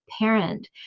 parent